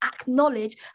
acknowledge